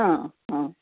हां हां